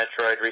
Metroid